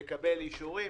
לקבל אישורים,